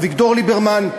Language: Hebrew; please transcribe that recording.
אביגדור ליברמן,